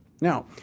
Now